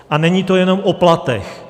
A není to jenom o platech.